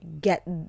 get